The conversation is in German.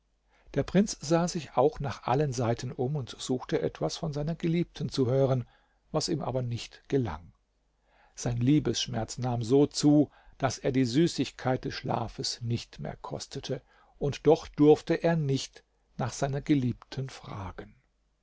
der prinz sah sich auch nach allen seiten um und suchte etwas von seiner geliebten zu hören was ihm aber nicht gelang sein liebesschmerz nahm so zu daß er die süßigkeit des schlafes nicht mehr kostete und doch durfte er nicht nach seiner geliebten fragen